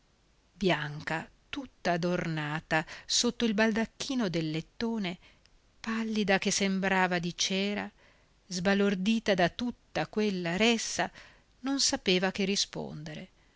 bianca tutta adornata sotto il baldacchino del lettone pallida che sembrava di cera sbalordita da tutta quella ressa non sapeva che rispondere